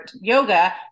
yoga